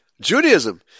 Judaism